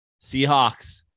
Seahawks